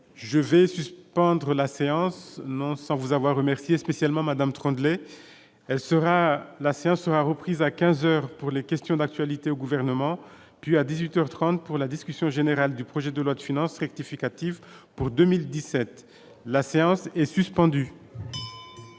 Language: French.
Je vais suspendre la séance, non sans vous avoir remercié spécialement Madame Tremblay, elle sera la séance a repris va 15 heures pour les questions d'actualité au gouvernement, puis à 18 heures 30 pour la discussion générale du projet de loi de finances rectificative pour 2017, la séance est suspendue.